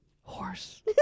Horse